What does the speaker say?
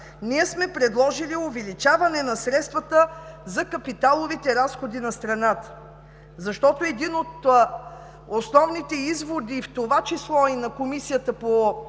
ние сме предложили увеличаване на средствата за капиталовите разходи на страната. Защото един от основните изводи, в това число и на Комисията по регионално